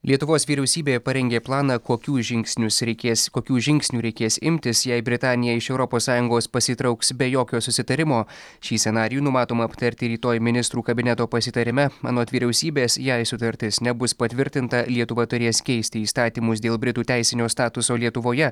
lietuvos vyriausybė parengė planą kokių žingsnius reikės kokių žingsnių reikės imtis jei britanija iš europos sąjungos pasitrauks be jokio susitarimo šį scenarijų numatoma aptarti rytoj ministrų kabineto pasitarime anot vyriausybės jei sutartis nebus patvirtinta lietuva turės keisti įstatymus dėl britų teisinio statuso lietuvoje